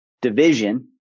division